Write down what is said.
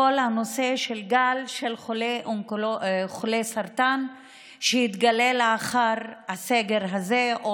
כל הנושא של גל של חולי סרטן שיתגלה לאחר הסגר הזה או